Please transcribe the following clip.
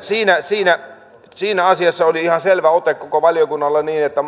siinä siinä asiassa oli ihan selvä ote koko valiokunnalla että